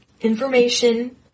information